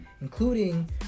including